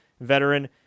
veteran